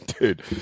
Dude